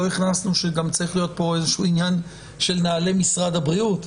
הכנסנו שגם צריך להיות פה איזה שהוא עניין של נהלי משרד הבריאות.